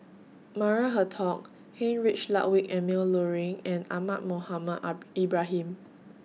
Maria Hertogh Heinrich Ludwig Emil Luering and Ahmad Mohamed Ibrahim